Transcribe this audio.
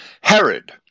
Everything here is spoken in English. Herod